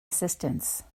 assistance